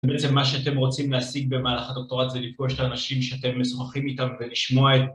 בעצם מה שאתם רוצים להשיג במהלך הדוקטורט זה לפגוש לאנשים שאתם משוחחים איתם ולשמוע את